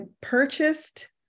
purchased